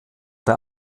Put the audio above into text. der